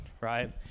Right